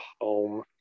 Home